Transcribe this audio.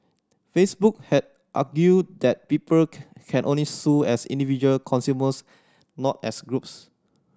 Facebook had argued that people can only sue as individual consumers not as groups